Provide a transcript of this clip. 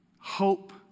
Hope